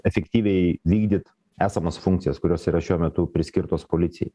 efektyviai vykdyt esamas funkcijas kurios yra šiuo metu priskirtos policijai